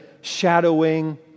shadowing